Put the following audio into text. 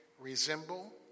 resemble